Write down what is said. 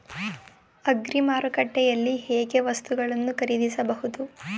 Agri ಮಾರುಕಟ್ಟೆಯಲ್ಲಿ ಹೇಗೆ ವಸ್ತುಗಳನ್ನು ಖರೀದಿಸಬಹುದು?